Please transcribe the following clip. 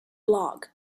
blog